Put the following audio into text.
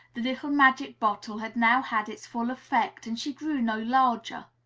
the little magic bottle had now had its full effect and she grew no larger.